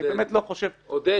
אני באמת לא חושב --- עודד,